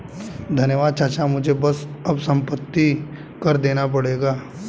धन्यवाद चाचा मुझे बस अब संपत्ति कर देना पड़ेगा